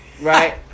Right